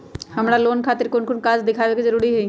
हमरा लोन खतिर कोन कागज दिखावे के जरूरी हई?